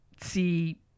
see